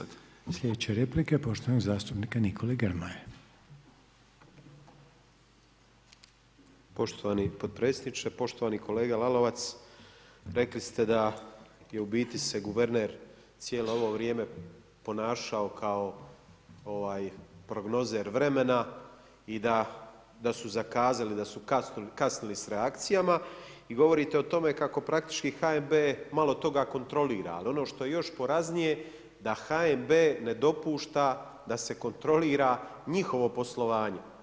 Poštovani potpredsjedniče, poštovani kolega Lalovac, rekli ste da u biti se guverner, se cijelo ovo vrijeme ponašao kao prognozer vremena i da su zakazali, da su kasnili s reakcijama i govorite o tome, kako praktički HNB malo toga kontrolira, ali ono što je još poraznije, da HNB ne dopušta da se kontrolira njihovo poslovanje.